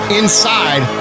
inside